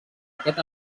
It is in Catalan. aquest